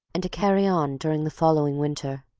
and to carry on during the following winter.